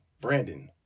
Brandon